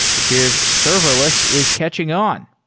appears serverless is catching on.